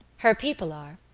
her people are,